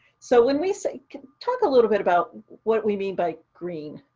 so when we say. talk a little bit about what we mean by green?